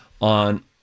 on